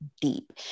deep